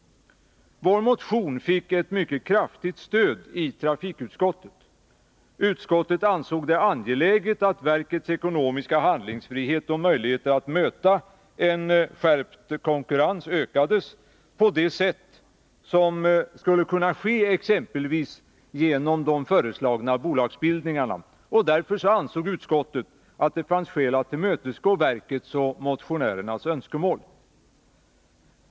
Vår motion fick ett mycket kraftigt stöd i trafikutskottet. Utskottet ansåg det angeläget att verkets ekonomiska handlingsfrihet och möjligheter att möta en skärpt konkurrens ökas på det sätt som skulle kunna ske exempelvis genom de föreslagna bolagsbildningarna. Och därför ansåg utskottet att det fanns skäl att tillmötesgå verkets och motionärernas önskemål.